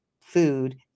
food